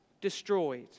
destroyed